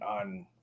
on